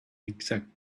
exact